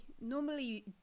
normally